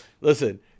listen